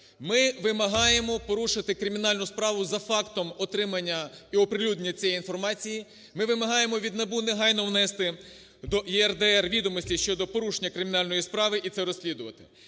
Ми вимагаємо порушити кримінальну справу за фактом отримання і оприлюднення цієї інформації. Ми вимагаємо від НАБУ негайно внести до ЄРДР відомостей щодо порушення кримінальної справи і це розслідувати.